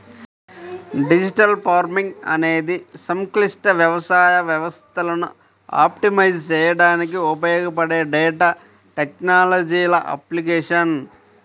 digital farming అనేది సంక్లిష్ట వ్యవసాయ వ్యవస్థలను ఆప్టిమైజ్ చేయడానికి ఉపయోగపడే డేటా టెక్నాలజీల అప్లికేషన్